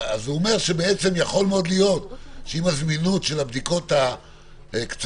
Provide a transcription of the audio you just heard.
דעתו שבעצם יכול להיות שאם הזמינות של הבדיקות הקצרות,